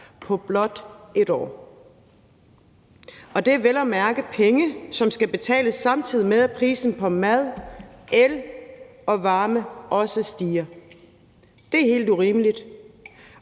på blot et år, og det er vel at mærke penge, som skal betales, samtidig med at prisen på mad, el og varme også stiger. Det er helt urimeligt,